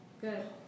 Good